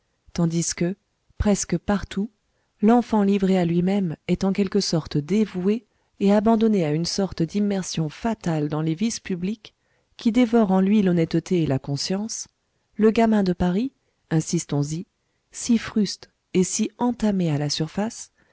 tandis que presque partout l'enfant livré à lui-même est en quelque sorte dévoué et abandonné à une sorte d'immersion fatale dans les vices publics qui dévore en lui l'honnêteté et la conscience le gamin de paris insistons y si fruste et si entamé à la surface